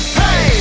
hey